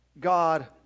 God